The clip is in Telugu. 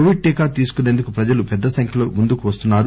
కొవిడ్ టీకా తీసుకుసేందుకు ప్రజలు పెద్దసంఖ్యలో ముందుకు వస్తున్నారు